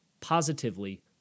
positively